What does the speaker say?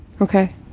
Okay